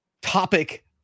topic